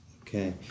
Okay